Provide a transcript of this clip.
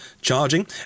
charging